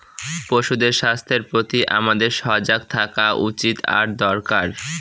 পশুদের স্বাস্থ্যের প্রতি আমাদের সজাগ থাকা উচিত আর দরকার